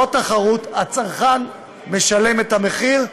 הצרכן משלם את המחיר,